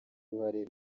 uruhare